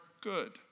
good